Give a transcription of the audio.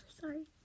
sorry